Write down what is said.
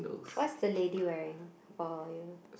what's the lady wearing for you